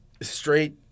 straight